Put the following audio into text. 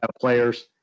players